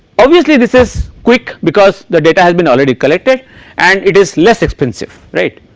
obviously this is quick because the data has been already collected and it is less expensive right.